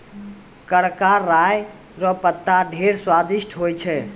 करका राय रो पत्ता ढेर स्वादिस्ट होय छै